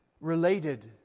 related